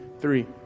three